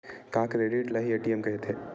का क्रेडिट ल हि ए.टी.एम कहिथे?